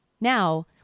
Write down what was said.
Now